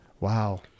Wow